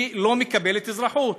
היא לא מקבלת אזרחות,